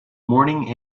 morning